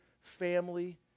family